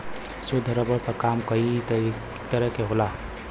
शुद्ध रबर क काम कई तरे क होला